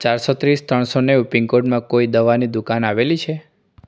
ચારસો ત્રીસ ત્રણસો નેવું પિનકોડમાં કોઈ દવાની દુકાન આવેલી છે